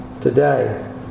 today